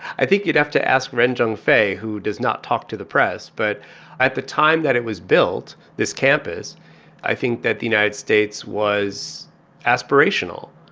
i think you'd have to ask ren zhengfei, who does not talk to the press. but at the time that it was built this campus i think that the united states was aspirational.